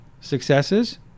successes